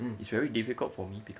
hmm